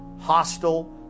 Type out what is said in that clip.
hostile